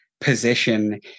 position